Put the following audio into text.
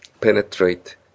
penetrate